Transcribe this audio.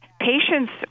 patients